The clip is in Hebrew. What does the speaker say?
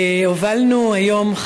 הובלנו היום,